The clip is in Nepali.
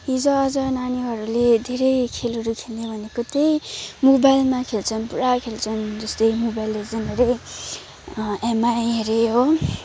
हिजो आज नानीहरूले धेरै खेलहरू खेल्ने भनेको त्यही मोबाइलमा खेल्छन् पुरा खेल्छन् जस्तै मोबाइल लिजेन्डहरू अरे एमआइ हरे हो